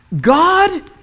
God